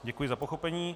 Děkuji za pochopení.